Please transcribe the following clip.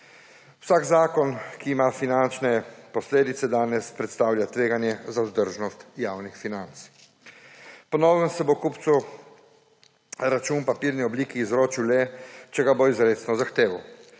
Vsak zakon, ki ima finančne posledice, danes predstavlja tveganje za vzdržnost javnih financ. Po novem se bo kupcu račun v papirni obliki izročil le, če ga bo izrecno zahteval.